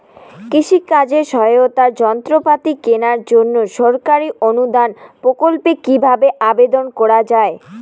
কৃষি কাজে সহায়তার যন্ত্রপাতি কেনার জন্য সরকারি অনুদান প্রকল্পে কীভাবে আবেদন করা য়ায়?